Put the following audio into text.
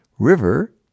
River